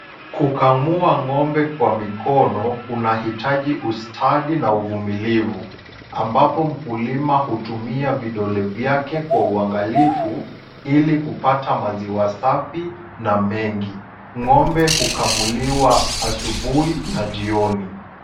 Kukamua ng'ombe kwa mikono, kunahitaji ustadi na uvumilivu, ambapo mkuliwa hutumia vidole vyake kwa uangalifu, ili kupata maziwa safi na mengi. Ng'ombe hukamuliwa asubuhi na jioni.